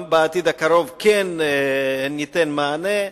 בעתיד הקרוב, כן ניתן מענה.